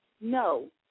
No